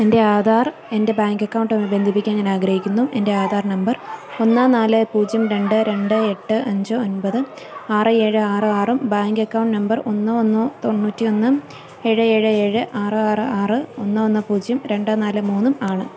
എൻ്റെ ആധാർ എൻ്റെ ബാങ്ക് അക്കൗണ്ടുമായി ബന്ധിപ്പിക്കാൻ ഞാൻ ആഗ്രഹിക്കുന്നു എൻ്റെ ആധാർ നമ്പർ ഒന്ന് നാല് പൂജ്യം രണ്ട് രണ്ട് എട്ട് അഞ്ച് ഒൻപത് ആറ് ഏഴ് ആറ് ആറും ബാങ്ക് അക്കൗണ്ട് നമ്പർ ഒന്ന് ഒന്ന് തൊണ്ണൂറ്റി ഒന്നും ഏഴ് ഏഴ് ഏഴ് ആറ് ആറ് ആറ് ഒന്ന് ഒന്ന് പൂജ്യം രണ്ട് നാല് മൂന്നും ആണ്